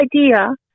idea